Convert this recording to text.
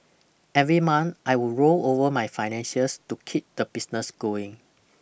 every month I would roll over my finances to keep the business going